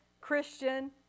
Christian